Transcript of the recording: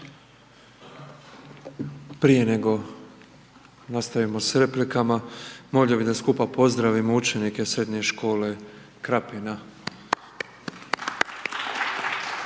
Prije nego nastavimo s replikama, molimo bi da skupa pozdravimo učenike srednje škole